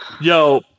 yo